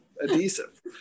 adhesive